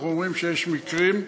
אנחנו אומרים שיש מקרים,